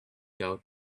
out